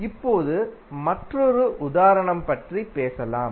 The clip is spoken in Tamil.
இப்போது மற்றொரு உதாரணம் பற்றி பேசலாம்